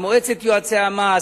עם מועצת יועצי המס,